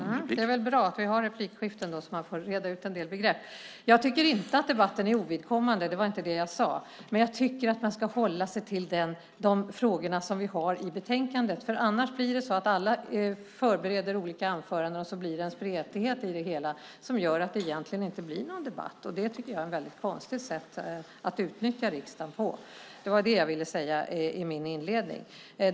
Herr talman! Det är väl bra att vi har replikskiften, så att man får reda ut en del begrepp. Jag tycker inte att debatten är ovidkommande. Det var inte det jag sade. Men jag tycker att man ska hålla sig till de frågor som vi har i betänkandet. Annars blir det så att alla förbereder anföranden om olika ämnen, och då blir det en spretighet i det hela som gör att det egentligen inte blir någon debatt. Det tycker jag är ett väldigt konstigt sätt att utnyttja riksdagen på. Det var det jag ville säga i min inledning.